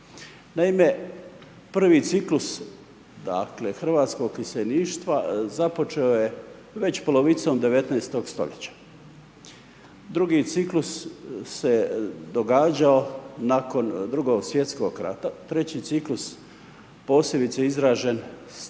Naime, prvi ciklus, dakle, hrvatskog iseljeništva, započeo je već polovicom 19 st. Drugi ciklus se je događao nakon 2.sv. rata. Treći ciklus posebice izražen stjecanjem